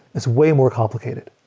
it's way more complicated.